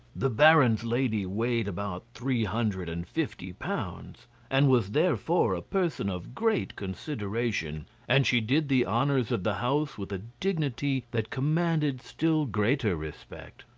the baron's lady weighed about three hundred and fifty pounds and was therefore a person of great consideration, and she did the honours of the house with a dignity that commanded still greater respect.